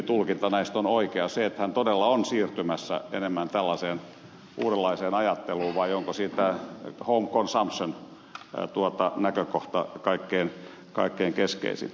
se että hän todella on siirtymässä enemmän tällaiseen uudenlaiseen ajatteluun vai se että siinä on home consumption näkökohta kaikkein keskeisin